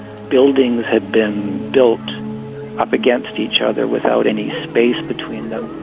buildings had been built up against each other without any space between them.